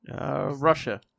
Russia